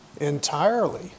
entirely